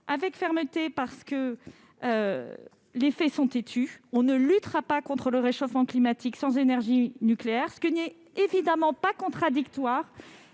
avec fermeté, parce que les faits sont têtus : on ne luttera pas contre le réchauffement climatique sans énergie nucléaire, ce qui n'est évidemment pas contradictoire